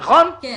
במקום.